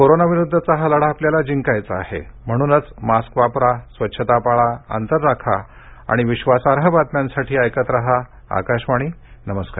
corona विरुद्धचा हा लढा आपल्याला जिंकायचा आहे म्हणूनच मास्क वापरा स्वच्छता पाळा अंतर राखा आणि विश्वासाई बातम्यांसाठी ऐकत रहा आकाशवाणी नमस्कार